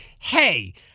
hey